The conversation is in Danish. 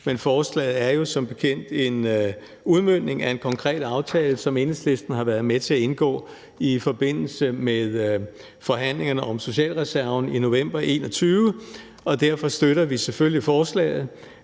men forslaget er jo som bekendt en udmøntning af en konkret aftale, som Enhedslisten har været med til at indgå i forbindelse med forhandlingerne om socialreserven i november 2021, og derfor støtter vi selvfølgelig forslaget.